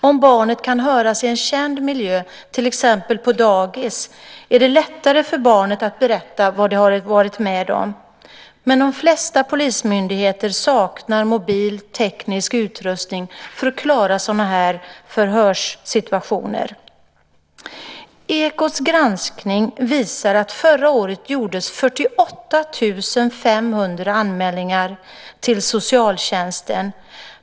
Om barnet kan höras i en känd miljö, till exempel på dagis, är det lättare för barnet att berätta vad det har varit med om. Men de flesta polismyndigheter saknar mobil teknisk utrustning för att klara sådana här förhörssituationer. Ekots granskning visar att förra året gjordes 48 500 anmälningar till socialtjänsten.